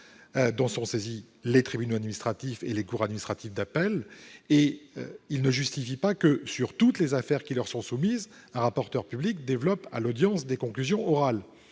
dont sont saisis les tribunaux administratifs et les cours administratives d'appel. Elle ne justifie pas que, pour toutes les affaires qui leur sont soumises, un rapporteur public développe, à l'audience, ses conclusions orales.